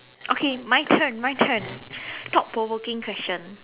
okay my turn my turn thought provoking question